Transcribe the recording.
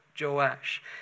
Joash